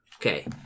Okay